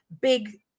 big